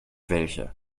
welche